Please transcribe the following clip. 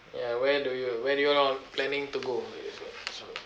ya where do you where do you all planning to go